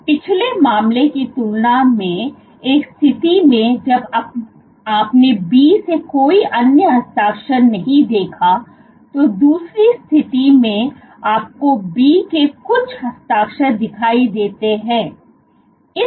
पिछले मामले की तुलना में एक स्थिति में जब आपने B से कोई अन्य हस्ताक्षर नहीं देखा तो दूसरी स्थिति में आपको B के कुछ हस्ताक्षर दिखाई देते हैं